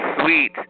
sweet